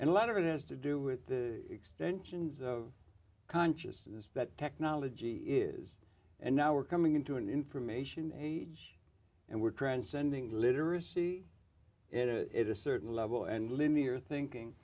and a lot of it has to do with the extensions of consciousness that technology is and now we're coming into an information age and we're transcending literacy it a certain level and linear thinking